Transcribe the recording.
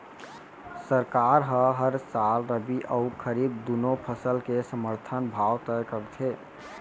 सरकार ह हर साल रबि अउ खरीफ दूनो फसल के समरथन भाव तय करथे